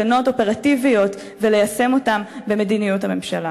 מסקנות אופרטיביות וליישם אותן במדיניות הממשלה.